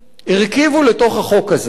הרכיבו לתוך החוק הזה,